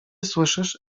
słyszysz